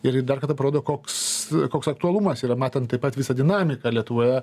ir ji dar kartą parodo koks koks aktualumas yra matant taip pat visą dinamiką lietuvoje